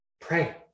Pray